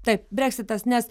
taip breksitas nes